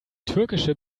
türkische